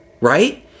right